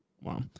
Wow